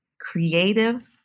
creative